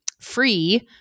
free